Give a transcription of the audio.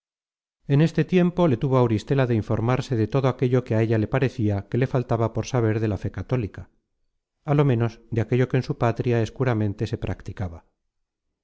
en este tiempo le tuvo auristela de informarse de todo aquello que a ella le parecia que le faltaba por saber de la fe católica á lo menos de aquello que en su patria escuramente se practicaba